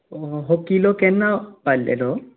हो किल्लो केन्ना बांदलेलो